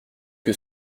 que